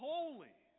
Holy